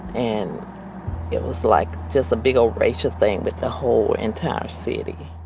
and it was like just a big old racial thing with the whole entire city.